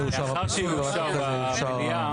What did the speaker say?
לאחר שהוא יאושר במליאה.